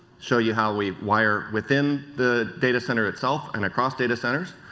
show you how we wire within the data center itself and across data centers,